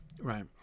right